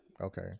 okay